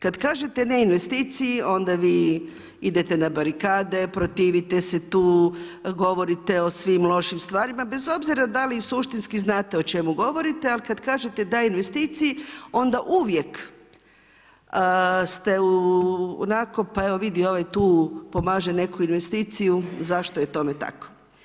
Kad kažete ne investiciji onda vi idete na barikade, protivite se tu, govorite o svim lošim stvarima, bez obzira da li suštinski znate o čemu govorite, ali kad kažete da investiciji, onda uvijek ste onako, pa evo vidi, ovaj tu pomaže neku investiciju, zašto je tome tako.